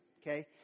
okay